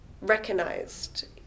recognized